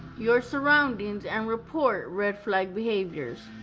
your surroundings and report red flag behaviors.